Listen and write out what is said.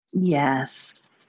Yes